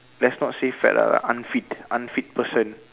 let not say fat lah unfit unfit person